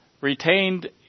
retained